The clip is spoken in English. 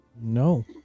No